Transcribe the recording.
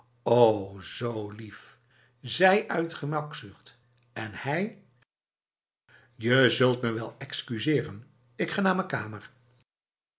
o zo lief zij uit gemakzucht en hij je zult me wel excuseren ik ga naar mijn kamer